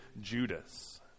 Judas